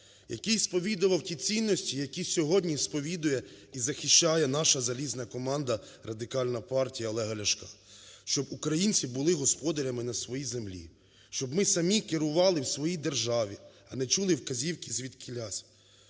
Який сповідував ті цінності, які сьогодні сповідує і захищає наша залізна команда – Радикальна партія Олега Ляшка: щоб українці були господарями на своїй землі, щоб ми самі керували в своїй державі, а не чули вказівки звідкілясь.